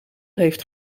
heeft